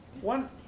One